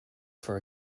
for